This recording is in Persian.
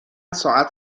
ساعت